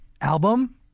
Album